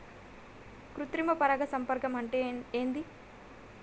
కృత్రిమ పరాగ సంపర్కం అంటే ఏంది?